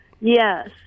yes